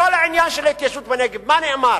בכל העניין של ההתיישבות בנגב, מה נאמר